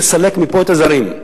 לסלק מפה את הזרים,